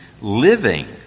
living